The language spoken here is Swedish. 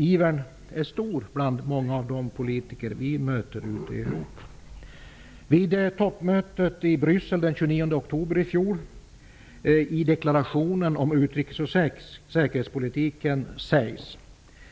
Ivern är stor bland många av de politiker vi möter ute i Vid toppmötet i Bryssel den 29 oktober i fjol sades i deklarationen om utrikes och säkerhetspolitiken att